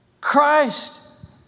Christ